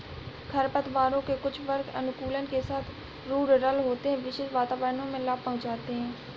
खरपतवारों के कुछ वर्ग अनुकूलन के साथ रूडरल होते है, विशेष वातावरणों में लाभ पहुंचाते हैं